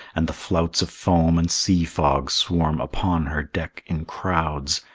and the flauts of foam and sea-fog swarm upon her deck in crowds,